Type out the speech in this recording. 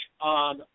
on